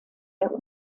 der